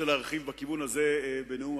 מילא אם היתה ממשלה צרה, נניח,